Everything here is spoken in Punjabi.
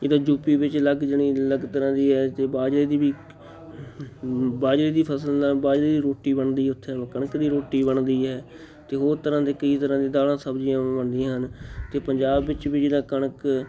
ਜਿੱਦਾਂ ਜੂ ਪੀ ਵਿੱਚ ਅਲੱਗ ਜਾਣੀ ਲੱਗ ਤਰ੍ਹਾਂ ਦੀ ਹੈ ਬਾਜਰੇ ਦੀ ਵੀ ਬਾਜਰੇ ਦੀ ਫਸਲ ਨਾਲ ਬਾਜਰੇ ਦੀ ਰੋਟੀ ਬਣਦੀ ਉੱਥੇ ਕਣਕ ਦੀ ਰੋਟੀ ਬਣਦੀ ਹੈ ਅਤੇ ਹੋਰ ਤਰ੍ਹਾਂ ਦੇ ਕਈ ਤਰ੍ਹਾਂ ਦੀ ਦਾਲਾਂ ਸਬਜ਼ੀਆਂ ਬਣਦੀਆਂ ਹਨ ਅਤੇ ਪੰਜਾਬ ਵਿੱਚ ਵੀ ਜਿੱਦਾਂ ਕਣਕ